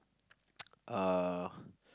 uh